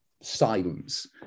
silence